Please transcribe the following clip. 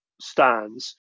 stands